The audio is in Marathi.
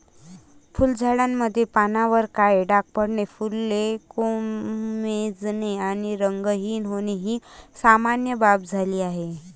फुलझाडांमध्ये पानांवर काळे डाग पडणे, फुले कोमेजणे आणि रंगहीन होणे ही सामान्य बाब झाली आहे